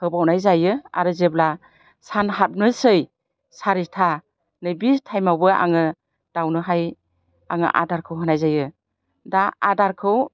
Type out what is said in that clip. होबावनाय जायो आरो जेब्ला सान हाबनोसै सारिथा नै बि टाइमावबो आङो दाउनोहाय आङो आदारखौ होनाय जायो दा आदारखौ